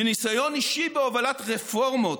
מניסיון אישי בהובלת רפורמות,